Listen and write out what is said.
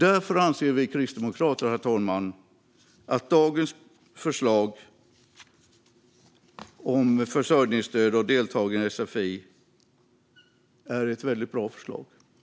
Därför anser vi kristdemokrater att dagens förslag om försörjningsstöd och deltagande i sfi är ett bra förslag.